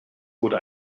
wurde